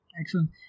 excellent